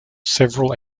several